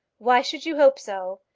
why should you hope so?